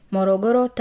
Morogoro